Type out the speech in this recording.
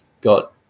got